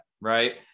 right